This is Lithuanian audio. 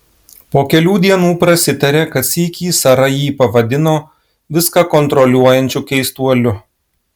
po kelių dienų prasitarė kad sykį sara jį pavadino viską kontroliuojančiu keistuoliu